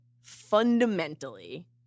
fundamentally